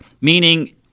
meaning